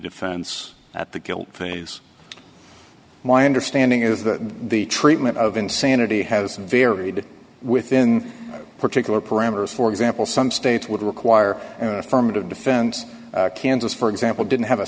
defense at the guilt phase my understanding is that the treatment of insanity has varied within particular parameters for example some states would require an affirmative defense kansas for example didn't have a